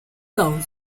doug